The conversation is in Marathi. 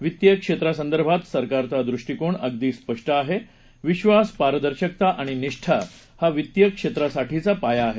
वित्तीय क्षेत्रासंदर्भात सरकारचा दृष्टीकोण अगदी स्पष्ट आहे विश्वास पारदर्शकता आणि निष्ठा हा वित्तीय क्षेत्रासाठीचा पाया आहे